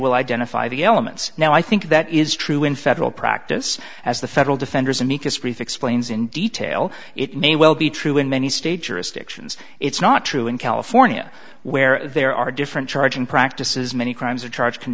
will identify the elements now i think that is true in federal practice as the federal defenders amicus brief explains in detail it may well be true in many states or a stick sions it's not true in california where there are different charging practices many crimes are charged c